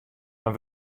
dan